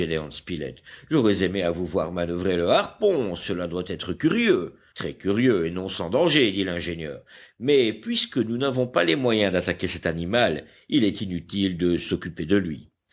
j'aurais aimé à vous voir manoeuvrer le harpon cela doit être curieux très curieux et non sans danger dit l'ingénieur mais puisque nous n'avons pas les moyens d'attaquer cet animal il est inutile de s'occuper de lui